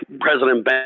President